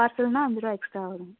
பார்சல்ன்னா அஞ்சுருவா எக்ஸ்ட்ரா வரும்